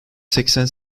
seksen